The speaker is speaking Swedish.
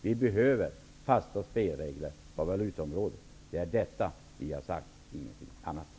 Vi behöver fasta spelregler på valutaområdet. Det är detta vi har sagt - ingenting annat.